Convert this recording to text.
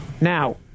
Now